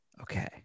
Okay